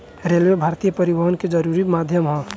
railway भारतीय परिवहन के जरुरी माध्यम ह